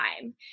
time